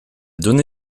donné